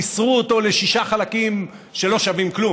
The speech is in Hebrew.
ניסרו אותו לשישה חלקים שלא שווים כלום.